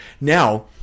Now